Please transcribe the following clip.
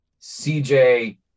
CJ